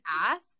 ask